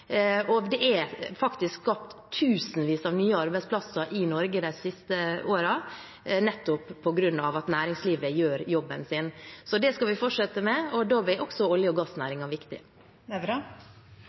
Og det er faktisk skapt tusenvis av nye arbeidsplasser i Norge de siste årene, nettopp på grunn av at næringslivet gjør jobben sin. Så det skal vi fortsette med, og da blir også olje- og